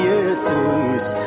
Jesus